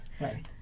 Right